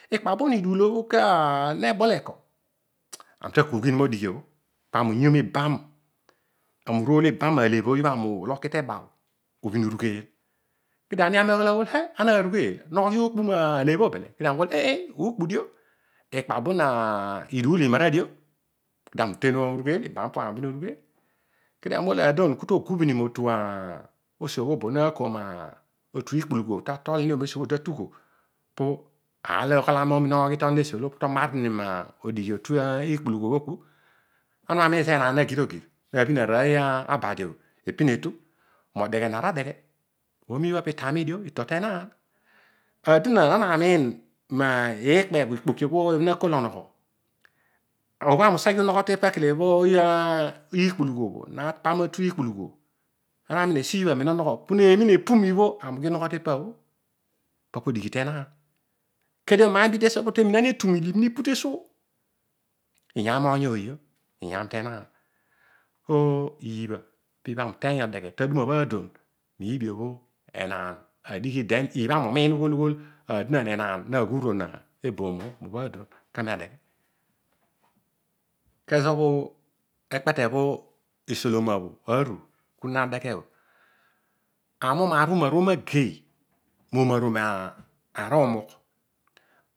Ikpabu niduul o kunebol eko? Ami ta kuughini modighiobho. Ami urool ibam malebho ami ulogh teba ubhin urugheel. kedio ani- ami aghol heh. ana narugheel? tookpu dio. aadon iduul imara dio kami uten urwgeel. ibha paami ubham urugheel. kami ughol paadon togubh ni motu esi obobho mako mesi iikpulughu o atol ni o paar olo otuan oghalani omina oghi tonon esi oolo. pu tomanni mo dighi otu esi iikpulughu o ku. ana miin ezo enaan na gir ogir. naabho aroiy abadi o apin atu modeghian ara dighe oomo ibha pito amidio. itotenaan. Aadon ana miin iikpe bho ikpoki obho ooy o nakol onogho. obho ami nseghe unogho tepiakele oiy o napam otu iikpulughu obho pu neemina epu mibho ami ughi unogho te pa bho. ipa po dighi tenaan kedio masi teminam etu milo imina ipu tesuo. iyaam oiy ooy io. iyaam tenaan. so iibha pobho aami mteiy odeghe to bho aduma bho aadon. miibi obho enaan aru adighio then ibha ami umiin naughol enaan na ghughion na ueboom obho aadon kaami adeghe kezo bho ekpete bho iioloma bho aru kuna adeghe bho. ami umaar umaruom ageiy mo maruom aruumugh.